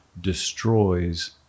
destroys